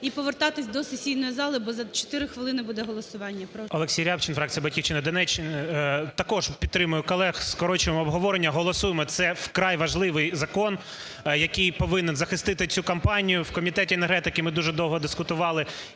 І повертатись до сесійної зали, бо за 4 хвилини буде голосування. Прошу. 13:06:57 РЯБЧИН О.М. Олексій Рябчин, фракція "Батьківщина". Також підтримую колег: скорочуємо обговорення: голосуємо цей вкрай важливий закон, який повинен захистити цю компанію. У Комітеті енергетики ми дуже довго дискутували